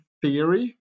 theory